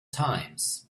times